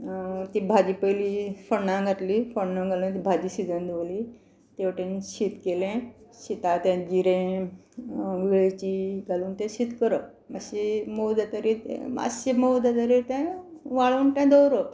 ती भाजी पयली फोण्णां घातली फोण्णां घालून भाजी सिजून दवरली तेवटेन शीत केलें शिता तें जिरें वेलची घालून तें शीत करप मातशें मोव जातरीर तें मातशे मोव जातरीर तें वाळून तें दवरप